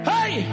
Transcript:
Hey